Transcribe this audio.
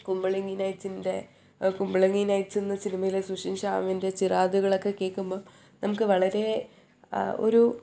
കുമ്പളങ്ങി നൈറ്റ്സിൻ്റെ കുമ്പളങ്ങി നൈറ്റ്സെന്ന സിനിമയിലെ സുശീൻ ശ്യാമിൻ്റെ ചിരാതുകളൊക്കെ കേൾക്കുമ്പം നമുക്ക് വളരെ ഒരു